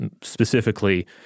Specifically